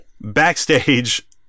Backstage